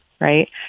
Right